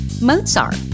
Mozart